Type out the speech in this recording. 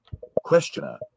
Questioner